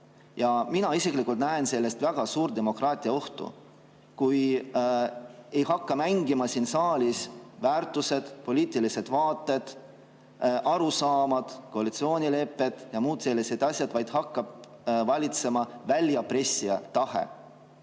Mina isiklikult näen selles väga suur ohtu demokraatiale, kui ei hakka mängima siin saalis väärtused, poliitilised vaated ja arusaamad, koalitsioonilepped ja muud sellised asjad, vaid hakkab valitsema väljapressija tahe.